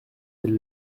elle